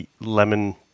lemon